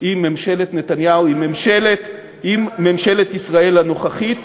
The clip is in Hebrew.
עם ממשלת נתניהו, עם ממשלת ישראל הנוכחית.